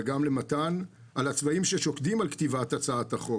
וגם למתן, על הצוותים ששוקדים על הצעת החוק.